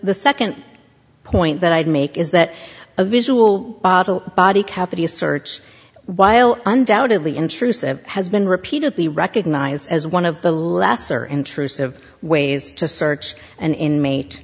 the second point that i'd make is that a visual body cavity search while undoubtedly intrusive has been repeatedly recognized as one of the lesser intrusive ways to search an inmate